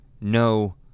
no